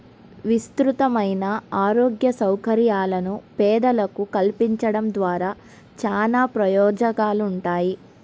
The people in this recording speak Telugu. విస్తృతమైన ఆరోగ్య సౌకర్యాలను పేదలకు కల్పించడం ద్వారా చానా ప్రయోజనాలుంటాయి